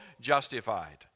justified